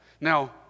Now